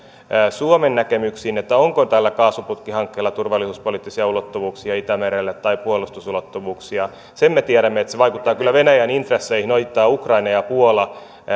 suomen näkemyksiin siitä onko tällä kaasuputkihankkeella turvallisuuspoliittisia ulottuvuuksia itämerelle tai puolustusulottuvuuksia sen me tiedämme että se vaikuttaa kyllä venäjän intresseihin ohittaa ukraina ja puola